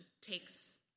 takes